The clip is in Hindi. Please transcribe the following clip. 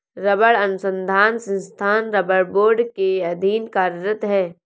रबड़ अनुसंधान संस्थान रबड़ बोर्ड के अधीन कार्यरत है